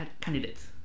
candidates